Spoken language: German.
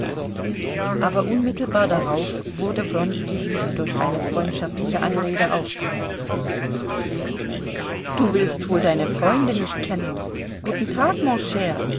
aber unmittelbar darauf wurde wronski wieder durch eine freundschaftliche anrede aufgehalten du willst wohl deine freunde nicht kennen guten tag